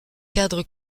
cadre